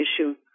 issue